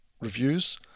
reviews